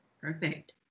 Perfect